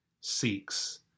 seeks